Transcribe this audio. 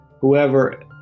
whoever